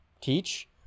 teach